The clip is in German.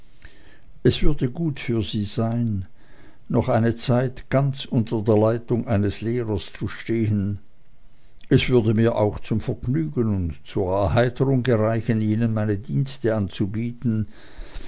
es würde gut für sie sein noch eine zeit ganz unter der leitung eines lehrers zu stehen es würde mir auch zum vergnügen und zur erheiterung gereichen ihnen meine dienste anzubieten